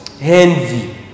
envy